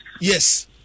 Yes